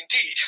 indeed